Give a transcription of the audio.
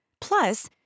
Plus